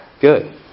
Good